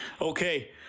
Okay